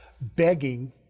begging